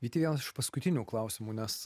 vyti vienas iš paskutinių klausimų nes